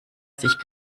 sich